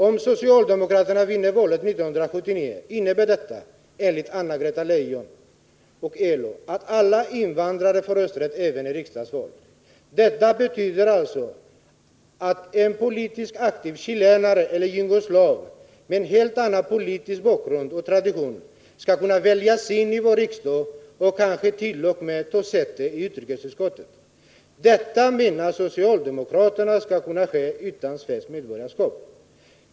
”Om socialdemokraterna vinner valet 1979 innebär det, enligt Anna Greta Leijon och LO att alla invandrare får rösträtt även i riksdagsval. Detta betyder alltså att en politiskt aktiv chilenare eller jugoslav med en helt annan politisk bakgrund och tradition ska kunna väljas in i vår riksdag och kanske till och med ta säte i utrikesutskottet. Detta menar socialdemokraterna ska kunna ske utan svenskt medborgarskap.